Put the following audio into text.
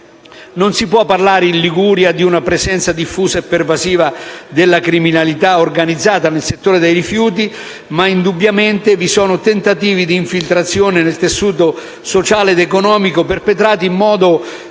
Non si può parlare, in Liguria, di una presenza diffusa e pervasiva della criminalità organizzata nel settore dei rifiuti, ma indubbiamente vi sono tentativi di infiltrazione nel tessuto sociale ed economico, perpetrati in modo